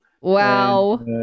Wow